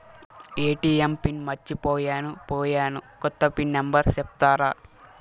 ATM PIN మర్చిపోయాను పోయాను, కొత్త పిన్ నెంబర్ సెప్తారా?